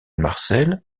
marcel